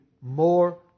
more